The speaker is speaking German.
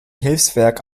hilfswerk